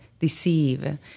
deceive